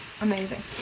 amazing